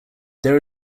there